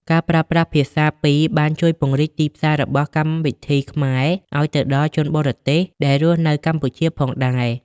ការប្រើប្រាស់ភាសាពីរបានជួយពង្រីកទីផ្សាររបស់កម្មវិធីខ្មែរឱ្យទៅដល់ជនបរទេសដែលរស់នៅកម្ពុជាផងដែរ។